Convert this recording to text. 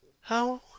How